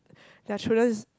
their children's